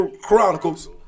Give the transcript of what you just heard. Chronicles